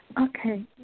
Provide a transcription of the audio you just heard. Okay